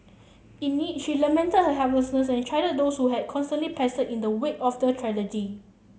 in it she lamented her helplessness and chided those who had constantly pestered her in the wake of the tragedy